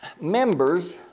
members